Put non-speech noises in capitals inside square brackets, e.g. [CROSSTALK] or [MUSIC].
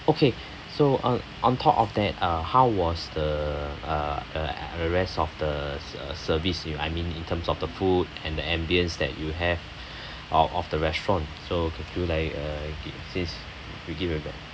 okay so uh on top of that uh how was the uh uh the rest of the uh service you I mean in terms of the food and the ambience that you have [BREATH] uh of the restaurant so could you like uh assist to give a rec~